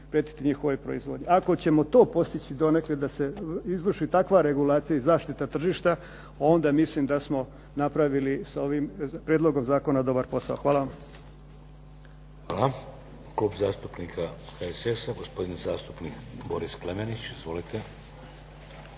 prijetiti njihovoj proizvodnji. Ako to ćemo to postići donekle da se izvrši takva regulacija i zaštita tržišta, onda mislim da smo napravili sa ovim prijedlogom zakona dobar posao. Hvala vam. **Šeks, Vladimir (HDZ)** Konačni prijedlog Zakona